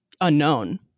unknown